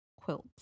quilt